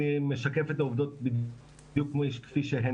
אני משקף את העובדות בדיוק כפי שהן,